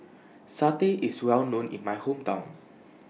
Satay IS Well known in My Hometown